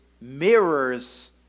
mirrors